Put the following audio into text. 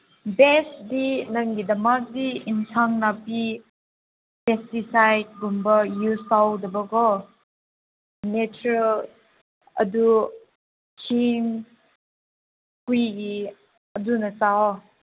ꯕꯦꯁꯇꯤ ꯅꯪꯒꯤꯗꯃꯛꯇꯤ ꯑꯦꯟꯁꯥꯡ ꯅꯥꯄꯤ ꯄꯦꯁꯇꯤꯁꯥꯏꯠꯀꯨꯝꯕ ꯌꯨꯁ ꯇꯧꯗꯕꯀꯣ ꯅꯦꯆꯔ ꯑꯗꯨꯁꯤꯡ ꯍꯨꯏꯒꯤ ꯑꯗꯨꯅ ꯆꯥꯎꯋꯣ